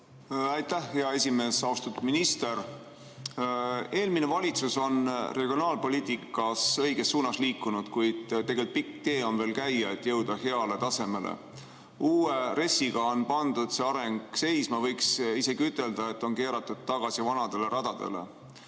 Aitäh, hea esimees! Austatud minister! Eelmine valitsus liikus regionaalpoliitikas õiges suunas, kuid tegelikult on pikk tee veel käia, et jõuda heale tasemele. Uue RES‑iga on pandud see areng seisma, võiks isegi ütelda, et on keeratud tagasi vanadele radadele.